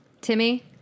Timmy